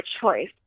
choice